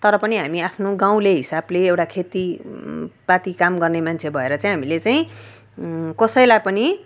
तर पनि हामी आफ्नो गाउँले हिसाबले एउटा खेती पाती काम गर्ने मान्छे भएर चाहिँ हामीले चाहिँ कसैलाई पनि